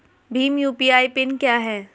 Bhim UPI PIN क्या है?